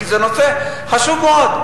כי זה נושא חשוב מאוד.